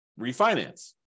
refinance